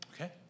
Okay